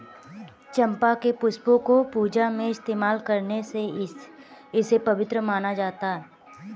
चंपा के पुष्पों को पूजा में इस्तेमाल करने से इसे पवित्र माना जाता